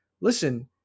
Listen